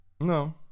No